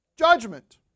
Judgment